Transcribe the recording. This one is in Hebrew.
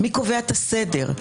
מי קובע את הסדר?